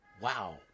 wow